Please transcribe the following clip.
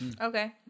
Okay